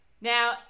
Now